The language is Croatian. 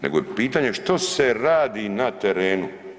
Nego je pitanje što se radi na terenu.